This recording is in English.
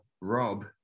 Rob